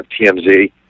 TMZ